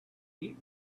eat